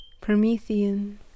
Promethean